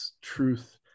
truth